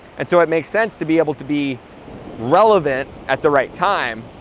and so it makes sense to be able to be relevant at the right time,